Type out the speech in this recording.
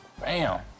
Bam